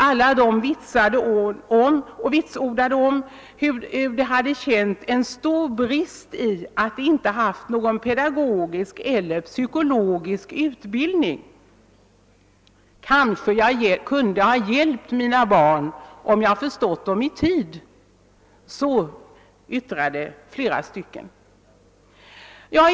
Alla dessa föräldrar vitsordade att de hade känt det som en stor brist att de inte fått någon pedagogisk eller psykologisk utbildning. »Kanske jag kunde ha hjälpt mina barn, om jag förstått dem i tid», yttrade flera föräldrar.